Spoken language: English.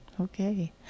Okay